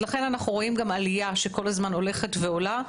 לכן אנחנו רואים גם עלייה שכל הזמן הולכת ועולה,